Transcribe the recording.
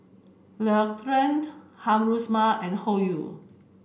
L'Occitane Haruma and Hoyu